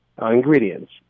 ingredients